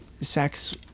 sex